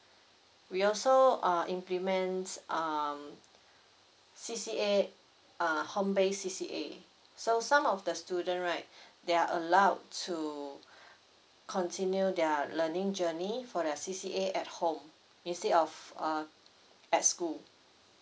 we also uh implements um C_C_A uh home based C_C_A so some of the student right they are allowed to continue their learning journey for their C_C_A at home instead of uh at school